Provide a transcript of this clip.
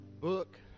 book